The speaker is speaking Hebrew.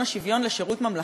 לשירות דת אומנם,